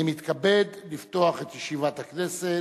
אני מתכבד לפתוח את ישיבת הכנסת.